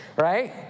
Right